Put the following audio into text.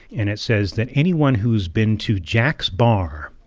and it says that anyone who's been to jack's bar,